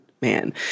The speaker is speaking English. man